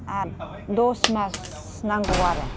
आद दस मास नांगौ आरो